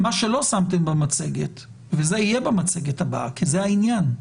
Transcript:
מה שלא שמתם במצגת וזה יהיה במצגת הבאה כי זה העניין,